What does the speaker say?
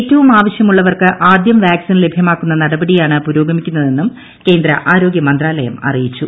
ഏറ്റവും ആവശ്യമുള്ളവർക്ക് ആദ്യം വാക്സിൻ ലഭ്യമാക്കുന്ന നടപടിയാണ് പുരോഗമിക്കുന്നതെന്നും കേന്ദ്ര ആരോഗൃ മന്ത്രാലയം അറിയിച്ചു